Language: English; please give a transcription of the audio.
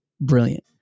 brilliant